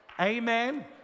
amen